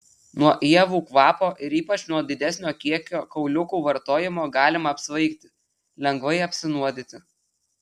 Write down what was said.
nuo ievų kvapo ir ypač nuo didesnio kiekio kauliukų vartojimo galima apsvaigti lengvai apsinuodyti